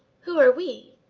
who are we?